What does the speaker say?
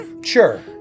Sure